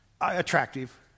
attractive